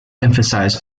emphasized